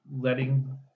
letting